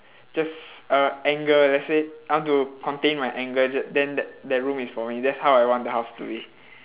just uh anger let's say I want to contain my anger j~ then that that room is for me that's how I want the house to be